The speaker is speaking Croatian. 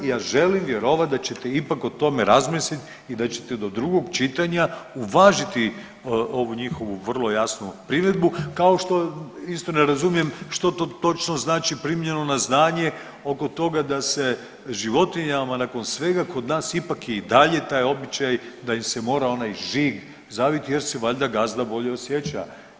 I ja želim vjerovati da ćete ipak o tome razmisliti i da ćete do drugog čitanja uvažiti ovu njihovu vrlo jasnu primjedbu kao što isto ne razumijem što to točno znači primljeno na znanje oko toga da se životinjama nakon svega kod nas ipak i dalje taj običaj da im se mora onaj žig zaviti jer se valjda gazda bolje osjeća.